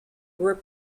were